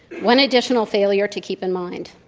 one addition failure to keep in mind,